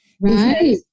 right